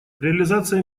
реализация